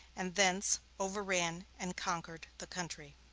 and thence overran and conquered the country.